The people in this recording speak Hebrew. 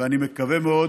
ואני מקווה מאוד